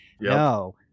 no